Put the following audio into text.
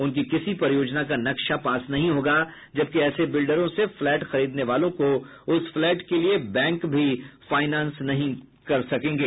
उनकी किसी परियोजना का नक्शा पास नहीं होगा जबकि ऐसे बिल्डरों से फ्लैट खरीदने वालों को उस फ्लैट के लिए बैंक भी फाईनेंस नहीं कर सकेंगे